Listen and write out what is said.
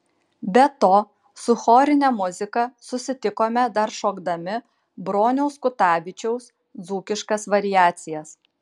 be to su chorine muzika susitikome dar šokdami broniaus kutavičiaus dzūkiškas variacijas